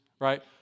right